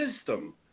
system